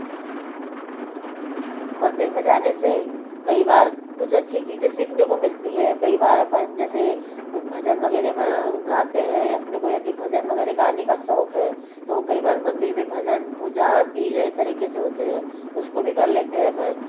मंदिर में जाने से कई बार कुछ अच्छी चीज़ें सीखने को मिलती हैं कई बार अपन जैसे कोई भजन वगैरह गाते हैं अपने को यदि भजन वगैरह गाने का शौक है तो कई बार मंदिर में भजन पूजा आरती नई तरीके से होते हैं उसको भी कर लेते हैं अपन